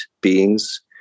beings